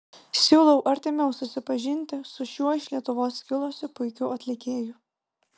siūlau artimiau susipažinti su šiuo iš lietuvos kilusiu puikiu atlikėju